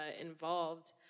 involved